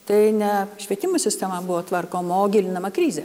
tai ne švietimo sistema buvo tvarkoma o gilinama krizė